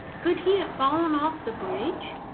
could he have fallen off the bridge?